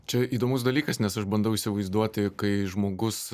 čia įdomus dalykas nes aš bandau įsivaizduoti kai žmogus